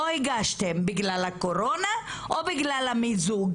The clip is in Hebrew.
לא הגשתם בגלל הקורונה או בגלל המיזוג